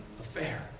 affair